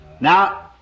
Now